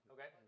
Okay